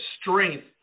strength